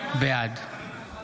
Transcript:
בעד